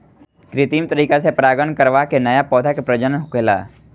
कित्रिम तरीका से परागण करवा के नया पौधा के प्रजनन होखेला